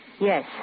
Yes